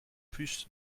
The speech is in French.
plus